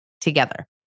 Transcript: together